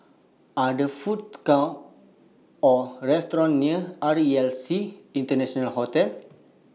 Are There Food Courts Or restaurants near R E L C International Hotel